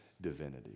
divinity